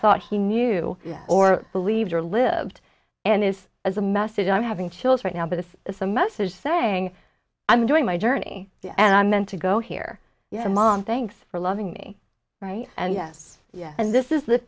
thought he knew or believed or lived and is as a message i'm having chills right now but this is a message saying i'm doing my journey and i meant to go hear your mom thanks for loving me right and yes yes and this is the